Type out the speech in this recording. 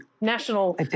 National